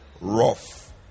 Rough